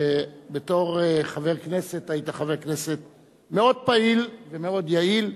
שבתור חבר כנסת היית מאוד פעיל ומאוד יעיל,